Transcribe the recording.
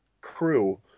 crew